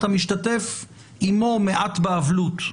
אתה משתתף עימו מעט באבלות.